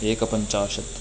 एकपञ्चाशत्